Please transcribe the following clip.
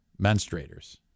menstruators